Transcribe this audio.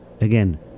again